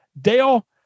Dale